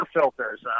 filters